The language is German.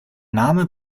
name